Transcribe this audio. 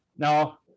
Now